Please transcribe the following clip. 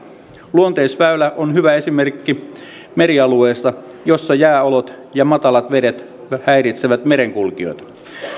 luoteisväylä on hyvä esimerkki merialueesta jossa jääolot ja matalat vedet häiritsevät merenkulkijoita